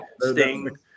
Sting